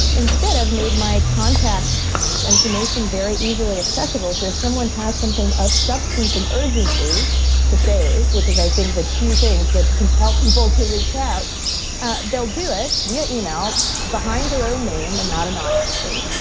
instead, i've made my contact information very easily accessible. so, if someone has something of substance and urgency to say which is, i think, the two things that compel people to reach out ah they'll do it via email, behind their own name and not anonymously.